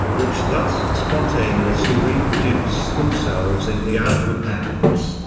which thus spontaneously reproduce themselves in the outward acts,